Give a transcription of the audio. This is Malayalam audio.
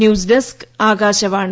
news desk Akashvani